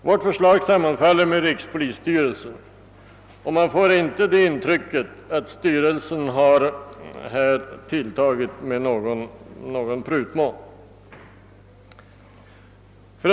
Vårt förslag sammanfaller med rikspolisstyrelsens och man får inte det intrycket att styrelsen har tagit till med någon prutmån.